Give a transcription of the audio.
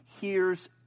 hears